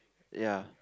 ya